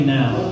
now